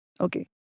Okay